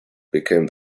became